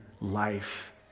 life